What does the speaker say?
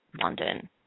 London